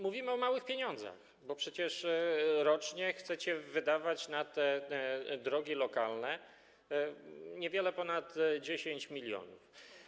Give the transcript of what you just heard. Mówimy o małych pieniądzach, bo przecież rocznie chcecie wydawać na te drogi lokalne niewiele ponad 10 mln.